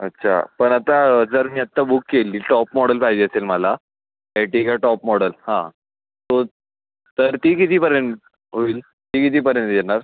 अच्छा पण आता जर मी आत्ता बुक केली टॉप मॉडेल पाहिजे असेल मला एर्टिगा टॉप मॉडेल हां तो तर ती कितीपर्यंत होईल ती कितीपर्यंत येणार